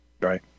right